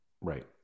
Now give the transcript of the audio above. Right